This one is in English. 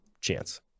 chance